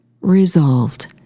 resolved